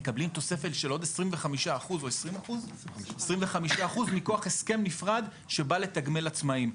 מקבלים תוספת של עוד 25% מכוח הסכם נפרד שבא לתגמל עצמאיים.